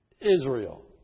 Israel